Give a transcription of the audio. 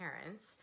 parents